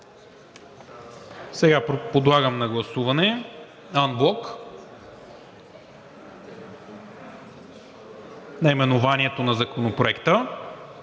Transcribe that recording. Подлагам на гласуване анблок наименованието на Законопроекта,